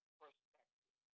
perspective